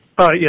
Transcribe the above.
Yes